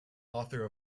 author